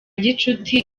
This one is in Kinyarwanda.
gicuti